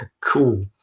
Cool